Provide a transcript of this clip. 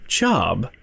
job-